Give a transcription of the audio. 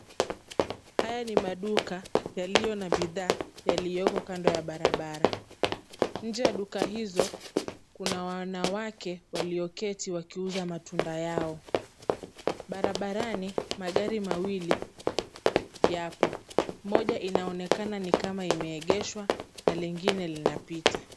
Haya ni maduka yaliyo na bidhaa yaliyoko kando ya barabara. Nje ya duka hizo kuna wanawake walioketi wakiuza matunda yao. Barabarani, magari mawili yapo. Moja inaonekana nikama imeegeshwa na lingine linapita.